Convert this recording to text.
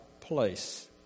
place